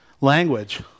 language